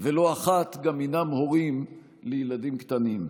ולא אחת הם גם הורים לילדים קטנים.